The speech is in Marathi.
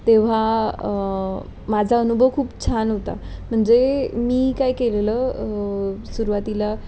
तेव्हा माझा अनुभव खूप छान होता म्हणजे मी काय केलेलं सुरुवातीला